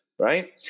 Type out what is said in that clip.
Right